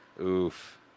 Oof